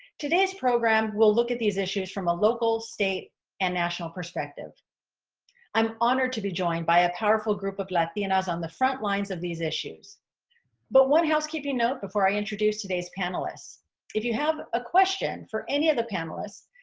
today's program will look at these issues from a local state and national perspective i'm honored to be joined by a powerful group of latinas on the front lines of these issues but one housekeeping note before i introduce today's panelists if you have a question for any of the panelists,